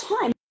time